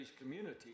community